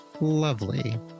Lovely